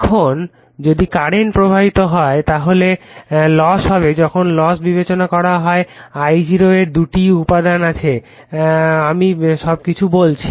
এখন যদি কারেন্ট প্রবাহিত হয় তাহলে লস হবে যখন লস বিবেচনা করা হয় Io এর 2 টি উপাদান আছে আমি সবকিছু বলেছি